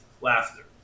Laughter